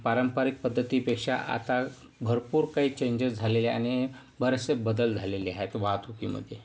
पारंपरिक पद्धतीपेक्षा आता भरपूर काही चेंजेस झालेले आणि बरेचसे बदल झालेले आहे वाहतुकीमध्ये